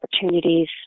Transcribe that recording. opportunities